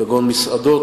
כגון מסעדות,